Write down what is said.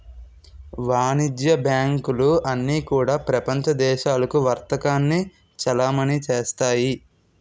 వాణిజ్య బ్యాంకులు అన్నీ కూడా ప్రపంచ దేశాలకు వర్తకాన్ని చలామణి చేస్తాయి